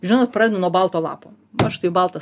žinot pradedu nuo balto lapo va štai baltas